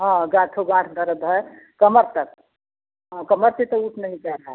हाँ गाठो गाठ दर्द है कमर तक हाँ कमर से तो उठ नहीं जा रहा है